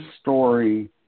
story